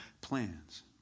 plans